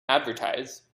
advertise